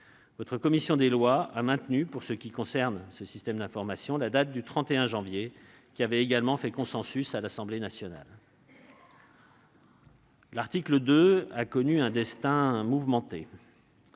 La commission des lois a maintenu, pour ce qui concerne ce système d'information, la date du 31 janvier, qui avait également fait consensus à l'Assemblée nationale. L'article 2 a connu un destin mouvementé.